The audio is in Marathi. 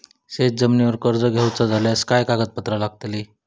शेत जमिनीवर कर्ज घेऊचा झाल्यास काय कागदपत्र लागतली?